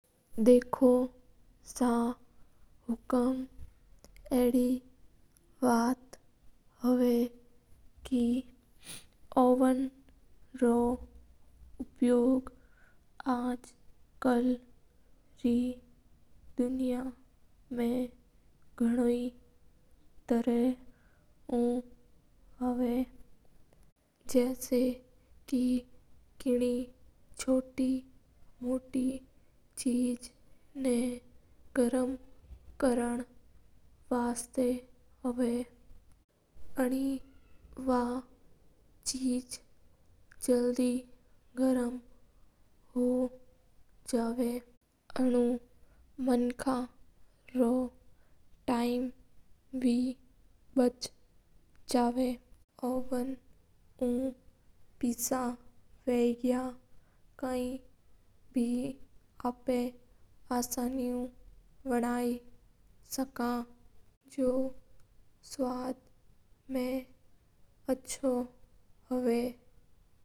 देखो सा हुकूम अडी बात हवा के ओवन तो उपयोग आज कल रा दुनिया मा गणी तरीका उ होवा। जसा के कोई छोटी मोटी चीज ना गर्म कार ना वास्ता बा चेज जल्दी गरम हो जाव हा। ओवन उ मंका रो टाइम बे बचा और जल्दी गरम हो जावा और पिज्जा और बे गणी चीज हा जई आपा गरम जर सका हा।